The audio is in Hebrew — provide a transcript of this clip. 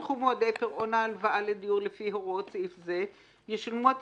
בתום תקופת פירעון ההלוואה לפי ההסכם בתשלומים עתיים כמספר